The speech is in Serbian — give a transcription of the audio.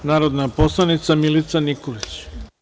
Reč ima narodna poslanica Milica Nikolić.